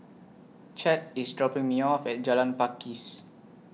Chet IS dropping Me off At Jalan Pakis